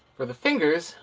for the fingers,